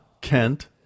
Kent